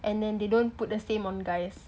and then they don't put the same on guys